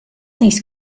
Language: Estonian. neist